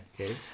Okay